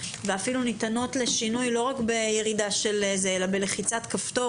ואפילו ניתנות לשינוי לא רק בירידה אלא בלחיצת כפתור,